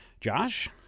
Josh